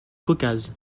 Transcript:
caucase